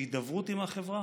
בהידברות עם החברה,